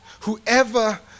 Whoever